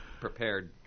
prepared